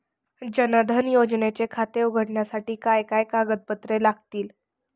जनधन योजनेचे खाते उघडण्यासाठी काय काय कागदपत्रे लागतील?